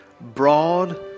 broad